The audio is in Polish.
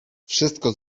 wszystko